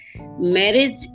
Marriage